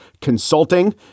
Consulting